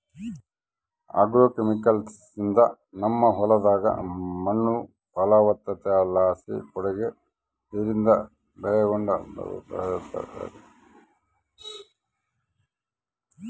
ಆಗ್ರೋಕೆಮಿಕಲ್ಸ್ನಿಂದ ನಮ್ಮ ಹೊಲದಾಗ ಮಣ್ಣು ಫಲವತ್ತತೆಲಾಸಿ ಕೂಡೆತೆ ಇದ್ರಿಂದ ಬೆಲೆಕೂಡ ಬೇಸೆತೆ